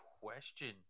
question